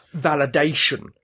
validation